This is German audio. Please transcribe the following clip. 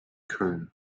köln